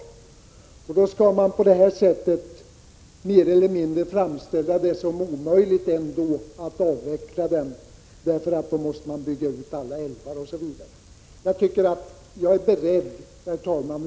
Moderaterna vill framställa det som mer eller mindre omöjligt att avveckla kärnkraften och hävdar därför att alla älvar måste byggas ut.